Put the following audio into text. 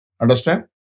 Understand